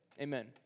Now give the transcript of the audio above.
Amen